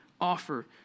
offer